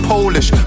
Polish